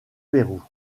pérou